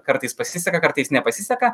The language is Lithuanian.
kartais pasiseka kartais nepasiseka